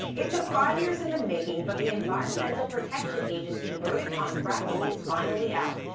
it took five years in the making, but the environmental protection agency verdict on fracking is finally out.